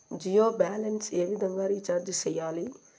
Jio balance ఏ విధంగా recharge సేయాలి?